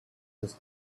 his